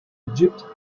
egypt